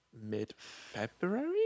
mid-February